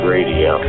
Radio